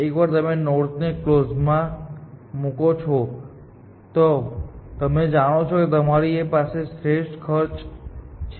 એકવાર તમે નોડ્સ ને કલોઝ માં મુકો છો તો તમે જાણો છો કે તમારી પાસે શ્રેષ્ઠ ખર્ચ છે